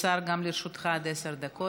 כבוד השר, גם לרשותך עד עשר דקות.